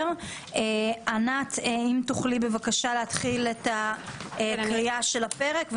אני מבקשת מהיועצת המשפטית לקרוא את פרק ט'.